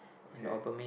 okay